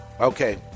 Okay